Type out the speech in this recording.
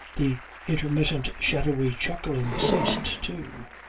the intermittent shadowy chuckling ceased too.